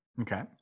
Okay